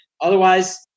Otherwise